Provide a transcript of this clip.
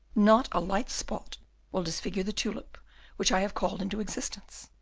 not a light spot will disfigure the tulip which i have called into existence.